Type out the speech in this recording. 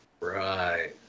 Right